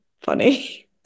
funny